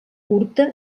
curta